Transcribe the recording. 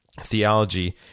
theology